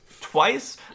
twice